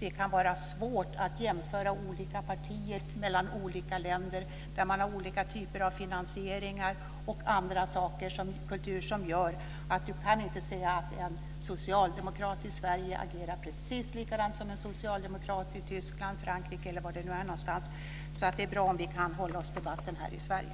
det kan vara svårt att jämföra olika partier i olika länder där man har olika typer av finansieringar och andra saker, en annan kultur. Det gör att du inte kan säga att en socialdemokrat i Sverige agerar precis likadant som en socialdemokrat i Tyskland, Frankrike eller var det nu är någonstans. Så det är bra om vi kan hålla oss till debatten här i Sverige.